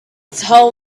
tell